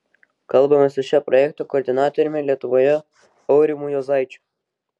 kalbamės su šio projekto koordinatoriumi lietuvoje aurimu juozaičiu